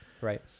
right